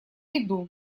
иду